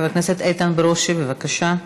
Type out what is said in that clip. חבר הכנסת איתן ברושי, בבקשה.